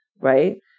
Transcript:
Right